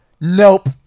nope